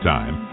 Time